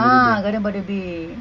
ah garden by the bay